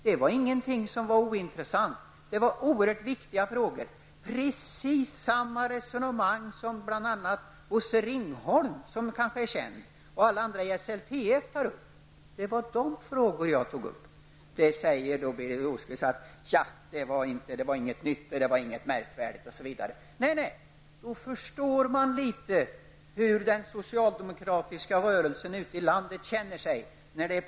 Detta är inte något ointressant, utan det är oerhört viktiga frågor. De frågor jag tog upp är precis desamma som bl.a. Bosse Ringholm -- som kanske är känd -- och alla andra i SLTF har tagit upp. Birger Rosqvist säger att det inte var något nytt eller märkvärdigt. Om det är på det sättet Birger Rosqvist behandlar dessa frågor förstår man hur de aktiva inom den socialdemokratiska rörelsen ute i landet känner sig.